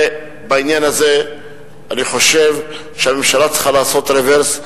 בעניין הזה אני חושב שהממשלה צריכה לעשות רוורס.